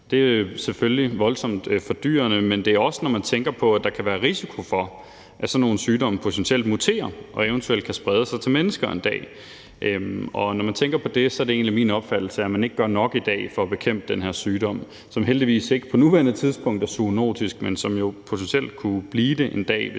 Det er selvfølgelig voldsomt for dyrene, men det er det også, når man tænker på, at der kan være risiko for, at sådan nogle sygdomme potentielt muterer og eventuelt kan sprede sig til mennesker en dag. Når man tænker på dét, er det egentlig min opfattelse, at man ikke gør nok i dag for at bekæmpe den her sygdom, som heldigvis ikke på nuværende tidspunkt er zoonotisk, men som jo potentielt kunne blive det en dag,